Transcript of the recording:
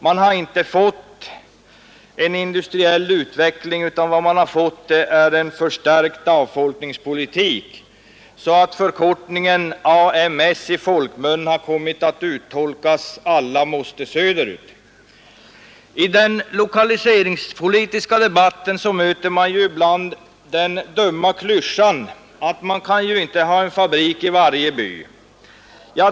Man har inte fått en industriell utveckling utan en förstärkt avfolkningspolitik så att förkortningen AMS i folkmun har kommit att uttolkas ”alla måste söderut”. I den lokaliseringspolitiska debatten möter man ibland den dumma klyschan att ”man kan ju inte ha en fabrik i varje by”.